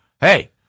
hey